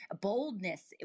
boldness